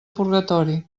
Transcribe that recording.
purgatori